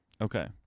Okay